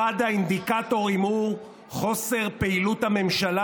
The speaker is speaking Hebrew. בזכות המינויים של הממשלה